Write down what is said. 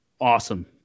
awesome